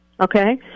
Okay